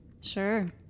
Sure